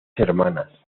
hermanas